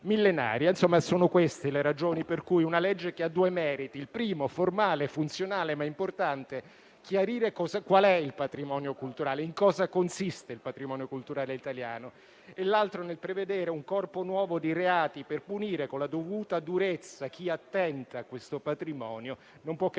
millenaria». Sono queste le ragioni per cui un disegno di legge che ha due meriti, il primo formale e funzionale, ma importante, chiarire qual è e in cosa consiste il patrimonio culturale italiano e l'altro prevedere un corpo nuovo di reati per punire con la dovuta durezza chi attenta a questo patrimonio, non può che